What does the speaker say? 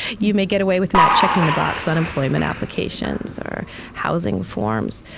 you may get away with not checking the box on employment applications or housing forms.